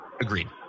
Agreed